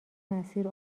مسیر